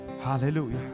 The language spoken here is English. Hallelujah